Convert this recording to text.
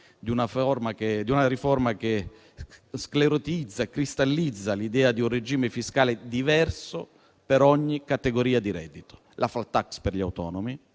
di una riforma che sclerotizza e cristallizza l'idea di un regime fiscale diverso per ogni categoria di reddito: la *flat tax* per gli autonomi;